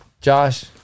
Josh